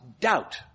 doubt